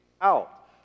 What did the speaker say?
out